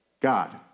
God